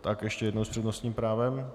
Tak ještě jednou s přednostním právem.